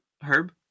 Herb